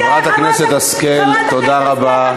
חברת הכנסת השכל, תודה רבה.